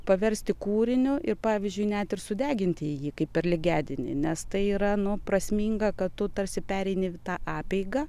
paversti kūriniu ir pavyzdžiui net ir sudeginti jį kaip per lygiadienį nes tai yra nu prasminga kad tu tarsi pereini tą apeigą